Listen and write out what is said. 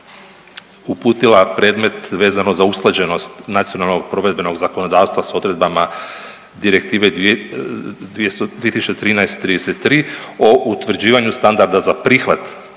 uputila predmet vezano za usklađenost nacionalnog provedbenog zakonodavstva s odredbama Direktive 2013/33 o utvrđivanju standarda za prihvat